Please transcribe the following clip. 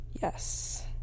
Yes